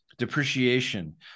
depreciation